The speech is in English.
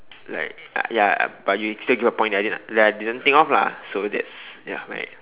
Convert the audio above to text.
like ya but you still give a point that I didn't that I didn't think of lah so that's ya my